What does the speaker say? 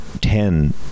ten